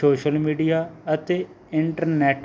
social media ਅਤੇ internet